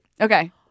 Okay